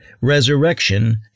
resurrection